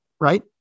right